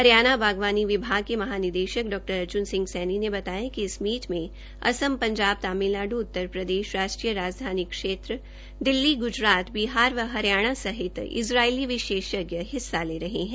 हरियाणा बागवानी विभाग के महानिदेशक डा अर्ज्न सिंह सैनी ने बताया कि इस मीट मे असम पंजाब तमिलनाड़ उत्तरप्रदेश राष्ट्रीय राजधानी क्षेत्र दिल्ली ग्जरात बिहार व हरियाणा सहित इज़राइली विशेषज्ञ हिस्सा ले रहे है